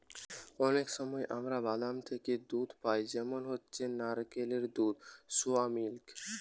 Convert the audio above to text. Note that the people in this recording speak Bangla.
অনেক সময় আমরা বাদাম থিকে দুধ পাই যেমন হচ্ছে নারকেলের দুধ, সোয়া মিল্ক